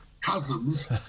cousins